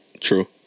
True